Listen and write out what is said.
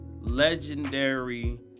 legendary